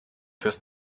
fürs